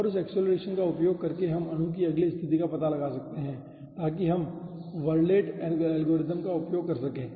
और उस एक्सेलरेशन का उपयोग करके हम अणु की अगली स्थिति का पता लगा सकते हैं ताकि हम वर्लेट एल्गोरिथम का उपयोग कर सकें